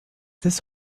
des